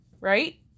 right